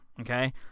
okay